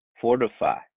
fortify